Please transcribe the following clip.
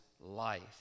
life